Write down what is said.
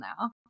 now